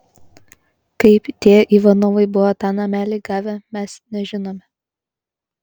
kaip tie ivanovai buvo tą namelį gavę mes nežinome